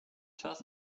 czas